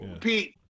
Pete